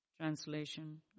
translation